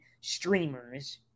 streamers